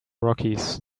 rockies